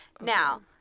Now